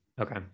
Okay